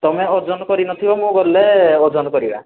ତୁମେ ଓଜନ କରିନଥିବ ମୁଁ ଗଲେ ଓଜନ କରିବା